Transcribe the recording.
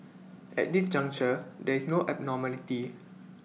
at this juncture there is no abnormality